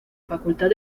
facultad